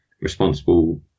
responsible